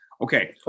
Okay